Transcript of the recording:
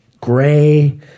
gray